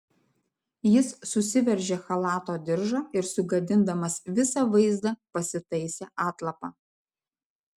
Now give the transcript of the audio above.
jis susiveržė chalato diržą ir sugadindamas visą vaizdą pasitaisė atlapą